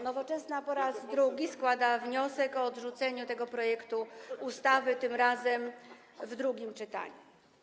Nowoczesna po raz drugi składa wniosek o odrzucenie tego projektu ustawy, tym razem w drugim czytaniu.